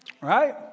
Right